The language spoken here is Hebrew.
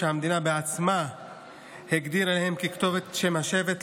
שהמדינה בעצמה הגדירה להם ככתובת את שם השבט,